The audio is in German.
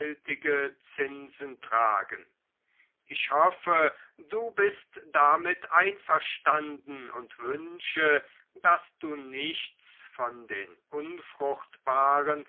zinsen tragen ich hoffe du bist damit einverstanden und wünsche daß du nichts von den unfruchtbaren